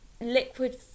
liquid